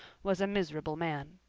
was a miserable man.